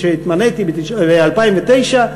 כשהתמניתי ב-2009: